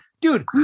dude